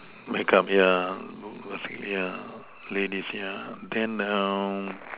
make up yeah yeah ladies yeah then